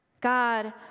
God